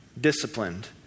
disciplined